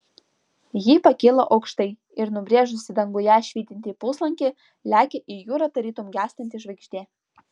ji pakyla aukštai ir nubrėžusi danguje švytintį puslankį lekia į jūrą tarytum gęstanti žvaigždė